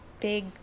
big